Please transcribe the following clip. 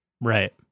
Right